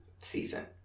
season